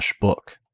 book